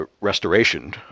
restoration